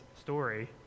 story